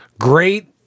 Great